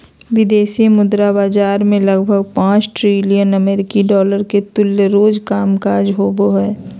विदेशी मुद्रा बाजार मे लगभग पांच ट्रिलियन अमेरिकी डॉलर के तुल्य रोज कामकाज होवो हय